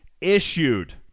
issued